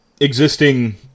existing